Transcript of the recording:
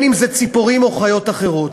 ציפורים או חיות אחרות,